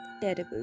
terrible